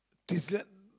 dessert